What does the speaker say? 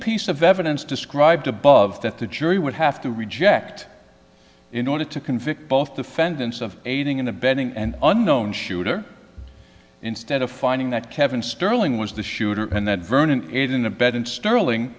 piece of evidence described above that the jury would have to reject in order to convict both defendants of aiding and abetting and unknown shooter instead of finding that kevin sterling was the shooter and that vernon erred in a bed in sterling